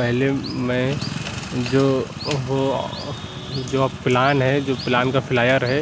پہلے میں جو ہو جو پلان ہے جو پلان کا فلایر ہے